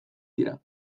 dira